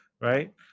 right